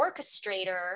orchestrator